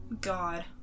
God